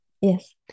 yes